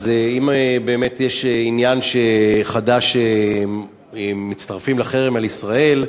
אז אם באמת יש עניין שחד"ש מצטרפים לחרם על ישראל,